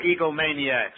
egomaniacs